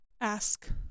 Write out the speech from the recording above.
ask